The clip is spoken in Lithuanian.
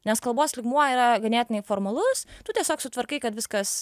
nes kalbos lygmuo yra ganėtinai formalus tu tiesiog sutvarkai kad viskas